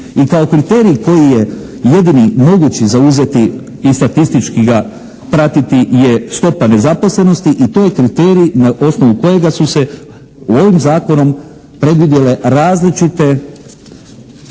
I kao kriterij koji je jedini mogući za uzeti i statistički ga pratiti je stopa nezaposlenosti i to je kriterij na osnovu kojega su se ovim zakonom predvidjele različita